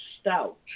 Stout